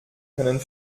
können